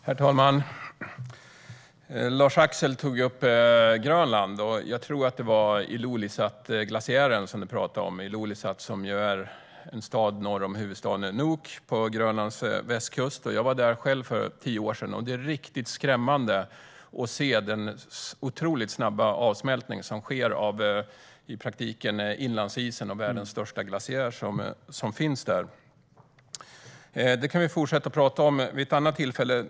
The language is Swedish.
Herr talman! Lars-Axel tog upp Grönland, och jag tror att det var Ilulissatglaciären du talade om. Ilulissat är en stad norr om huvudstaden Nuuk på Grönlands västkust. Jag var där själv för tio år sedan, och det är riktigt skrämmande att se den otroligt snabba avsmältning av inlandsisen och världens största glaciär som sker. Detta kan vi fortsätta att tala om vid ett annat tillfälle.